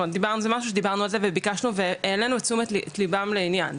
זה משהו שדיברנו על זה וביקשנו והעלינו את תשומת ליבם לעניין.